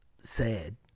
sad